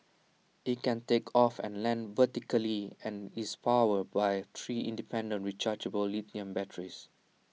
IT can take off and land vertically and is powered by three independent rechargeable lithium batteries